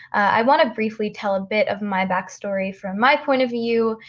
i want to briefly tell a bit of my backstory from my point of view,